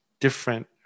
different